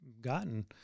gotten